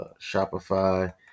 Shopify